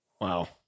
Wow